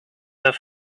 off